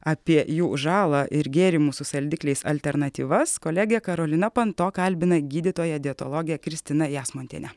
apie jų žalą ir gėrimų su saldikliais alternatyvas kolegė karolina panto kalbina gydytoją dietologę kristiną jasmontienę